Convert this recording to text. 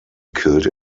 killed